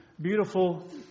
beautiful